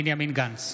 בנימין גנץ,